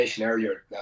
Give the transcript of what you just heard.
earlier